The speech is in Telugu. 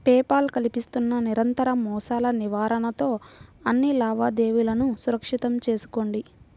పే పాల్ కల్పిస్తున్న నిరంతర మోసాల నివారణతో అన్ని లావాదేవీలను సురక్షితం చేసుకోండి